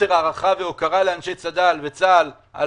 חוסר הערכה והוקרה לאנשי צד"ל וצה"ל על